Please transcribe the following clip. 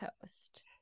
Coast